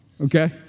okay